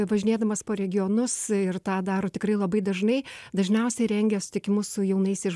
važinėdamas po regionus ir tą daro tikrai labai dažnai dažniausiai rengia susitikimus su jaunaisiais